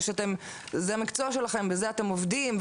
ושזה המקצוע שלכם ובזה אתם עובדים,